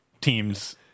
teams